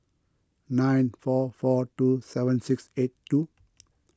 nine four four two seven six eight two